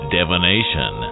Divination